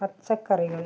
പച്ചക്കറികൾ